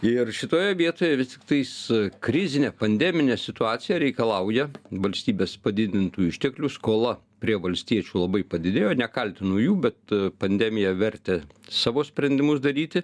ir šitoje vietoje vis tiktais krizinė pandeminė situacija reikalauja valstybės padidintų išteklių skola prie valstiečių labai padidėjo nekaltinu jų bet pandemija vertė savo sprendimus daryti